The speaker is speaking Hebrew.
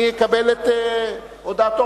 אני אקבל את הודעתו.